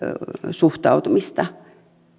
suhtautumista